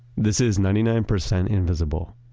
this is ninety nine percent invisible.